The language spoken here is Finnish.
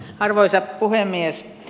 arvoisa puhemies